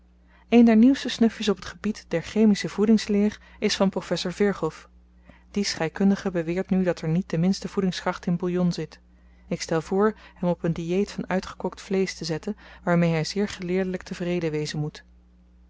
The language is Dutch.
een der nieuwste snufjes op t gebied der chemische voedingsleer is van professor virchow die scheikundige beweert nu dat er niet de minste voedingskracht in bouillon zit ik stel voor hem op n diëet van uitgekookt vleesch te zetten waarmee hy zeer geleerdelyk tevreden wezen moet